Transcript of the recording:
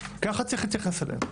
ככה צריך להתייחס אליהן